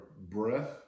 breath